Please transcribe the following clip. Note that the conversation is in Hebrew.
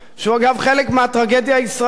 שהוא אגב חלק מהטרגדיה הישראלית,